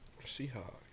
Seahawks